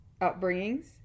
upbringings